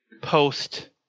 post